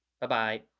Bye-bye